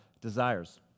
desires